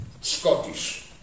Scottish